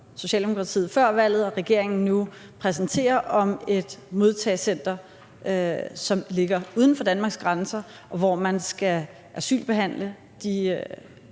Socialdemokratiet før valget og regeringen nu præsenterer om et modtagecenter, som ligger uden for Danmarks grænser, og hvor man skal asylbehandle de